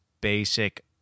basic